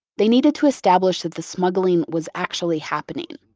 they needed to establish that the smuggling was actually happening,